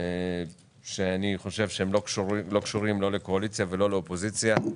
שלא קשורים לא לקואליציה ולא לאופוזיציה.